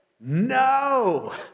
no